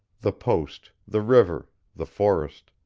the post, the river, the forest,